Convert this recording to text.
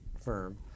firm